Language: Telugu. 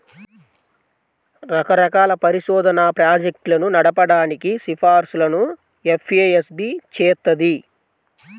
రకరకాల పరిశోధనా ప్రాజెక్టులను నడపడానికి సిఫార్సులను ఎఫ్ఏఎస్బి చేత్తది